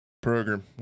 Program